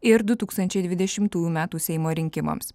ir du tūkstančiai dvidešimtųjų metų seimo rinkimams